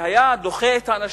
והיה דוחה את האנשים.